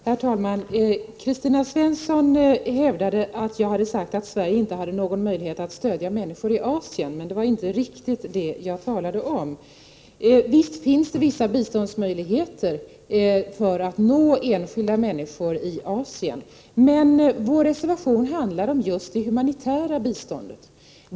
Herr talman! Kristina Svensson hävdade att jag hade sagt att Sverige inte har någon möjlighet att stödja människor i Asien, men det var inte riktigt det som jag talade om. 79 Visst finns det vissa möjligheter att med bistånd nå enskilda människor i Asien. Vår reservation handlar om just det humanitära biståndet.